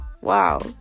wow